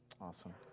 Awesome